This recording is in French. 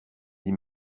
dit